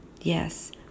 Yes